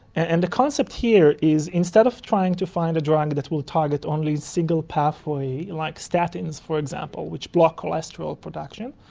and concept here is instead of trying to find a drug that will target only a single pathway, like statins for example which block cholesterol production,